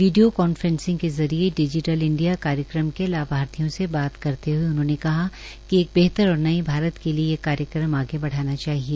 video conferencing के जरिए digital India कार्यक्रम के लाभार्थियों से बात करते हए उन्होंने कहा कि एक बेहतर और नए भारत के लिए यह कार्यक्रम आगे बढ़ाना चाहिए